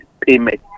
payment